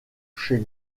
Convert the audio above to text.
chez